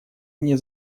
мне